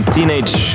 Teenage